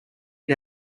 eat